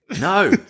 No